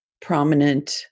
prominent